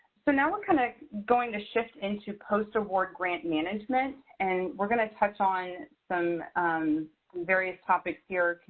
so now we're kind of going to shift into post award grant management, and we're going to touch on some various topics here,